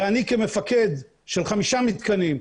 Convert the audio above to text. ואני כמפקד של חמישה מתקנים,